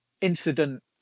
incident